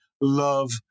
love